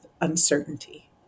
uncertainty